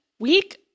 Week